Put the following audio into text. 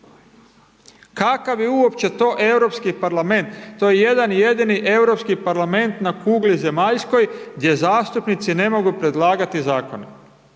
Kakav je uopće to Europski parlament, to je jedan jedini Europski parlament na kugli zemaljskoj gdje zastupnici ne mogu predlagati zakone,